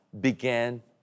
began